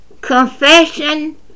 Confession